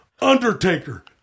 Undertaker